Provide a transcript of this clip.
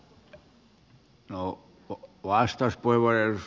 mutta kiitos puhemies